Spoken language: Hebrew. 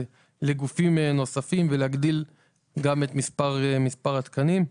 לגופים נוספים ולהגדיל גם את מספר התקנים.